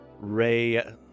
Ray